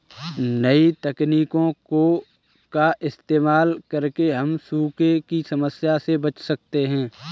नई तकनीकों का इस्तेमाल करके हम सूखे की समस्या से बच सकते है